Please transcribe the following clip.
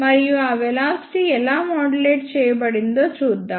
మరియు ఆ వెలాసిటీ ఎలా మాడ్యులేట్ చేయబడిందో చూద్దాం